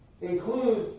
includes